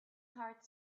heart